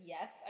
Yes